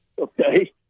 okay